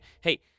Hey